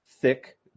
thick